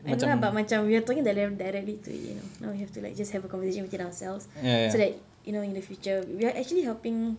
I know lah but macam we are talking directly to you know now we have to like just have a conversation between ourselves so that you know in the future we are actually helping